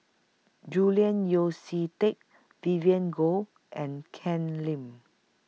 Julian Yeo See Teck Vivien Goh and Ken Lim